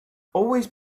always